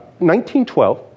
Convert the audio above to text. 1912